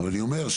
אני אומר,